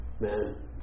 man